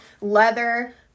leather